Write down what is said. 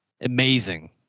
Amazing